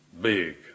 big